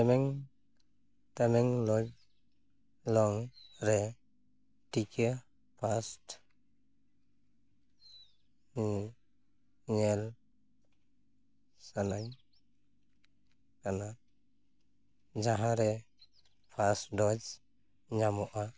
ᱛᱟᱢᱮᱝᱞᱚᱝ ᱴᱤᱠᱟᱹ ᱯᱷᱟᱥᱴ ᱧᱮᱞ ᱥᱟᱱᱟᱧ ᱠᱟᱱᱟ ᱡᱟᱦᱟᱸᱨᱮ ᱯᱷᱟᱥᱴ ᱰᱳᱡᱽ ᱧᱟᱢᱚᱜᱼᱟ